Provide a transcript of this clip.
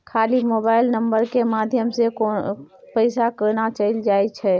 खाली mobile number के माध्यम से पैसा केना चल जायछै?